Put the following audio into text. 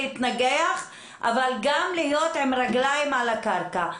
להתנגח אבל גם להיות עם רגליים על הקרקע.